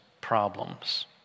problems